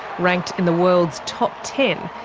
ranked in the world's top ten,